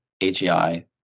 AGI